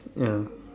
ya